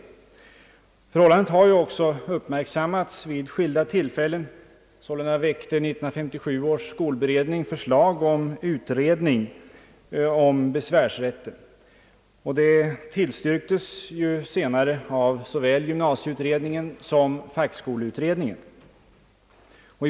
Förhållandet har ju också uppmärksammats vid skilda tillfällen. Sålunda väckte 1957 års skolberedning förslag om utredning angående besvärsrätten, och det tillstyrktes senare av såväl gymnasieutredningen som fackskoleutredningen.